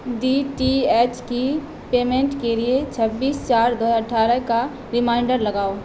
D T H کی payment کے لیے چھبیس چار دو اٹھارہ کا ریمائنڈر لگاؤ